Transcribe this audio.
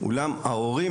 אולם ההורים